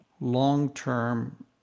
long-term